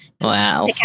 Wow